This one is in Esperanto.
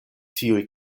tiuj